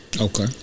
Okay